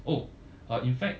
oh uh in fact